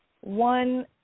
one